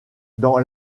dans